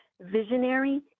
visionary